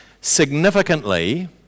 Significantly